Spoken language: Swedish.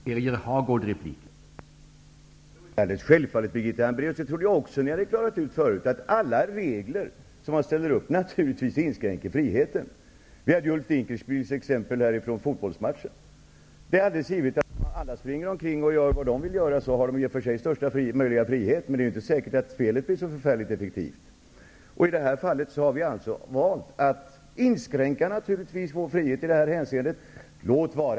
Herr talman! Ja, det är alldeles riktigt. Jag trodde att ni i Centern också hade klarat ut att alla regler naturligtvis inskränker friheten. Vi hade tidigare Ulf Dinkelspiels exempel från fotbollsmatchen. Det är alldeles givet att om alla springer omkring och gör vad de vill har de i och för sig största möjliga frihet. Men det är inte särkert att spelet blir så förfärligt effektivt. I det här fallet har vi valt att inskränka vår frihet i det hänseendet.